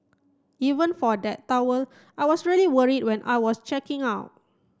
even for that towel I was really worried when I was checking out